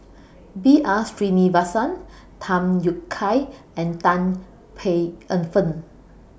B R Sreenivasan Tham Yui Kai and Tan Paey Fern